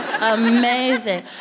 Amazing